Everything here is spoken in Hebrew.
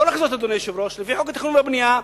ולא, אדוני היושב-ראש, לפי חוק התכנון והבנייה,